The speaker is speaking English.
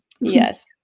Yes